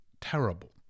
terrible